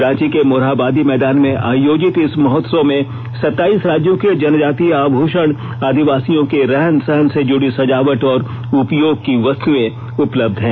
रांची के मोरहाबादी मैदान में आयोजित इस महोत्सव में सत्ताईस राज्यों के जनजातीय आभूषण आदिवासियों के रहन सहन से जूड़ी सजावट और उपयोग की वस्तुएं उपलब्ध हैं